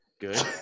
Good